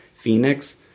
phoenix